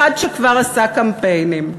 אחד שכבר עשה קמפיינים,